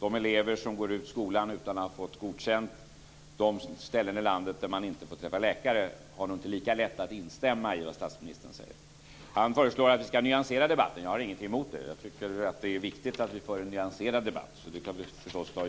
de elever som går ut skolan utan att ha fått godkänt och de som bor på platser i landet där de inte får träffa läkare har nog inte lika lätt att instämma i vad statsministern säger. Han föreslår att vi ska nyansera debatten. Jag har ingenting emot det. Jag tycker att det är viktigt att vi för en nyanserad debatt, så det ska vi förstås göra.